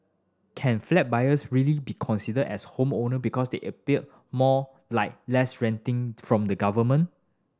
can flat buyers really be considered as homeowner because they a bill more like less renting from the government